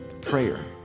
prayer